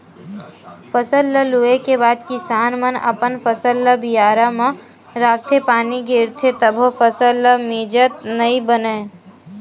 फसल ल लूए के बाद किसान मन अपन फसल ल बियारा म राखथे, पानी गिरथे तभो फसल ल मिजत नइ बनय